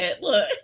look